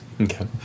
Okay